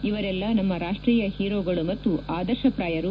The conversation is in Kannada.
ಇವರೆಲ್ಲ ನಮ್ಮ ರಾಷ್ಲೀಯ ಒೇರೋಗಳು ಮತ್ತು ಆದರ್ಶಪ್ರಾಯರು